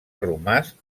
romàs